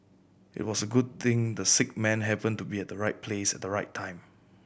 it was a good thing the sick man happened to be at the right place at the right time